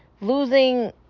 losing